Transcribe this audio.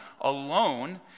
alone